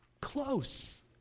close